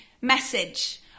message